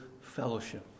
fellowship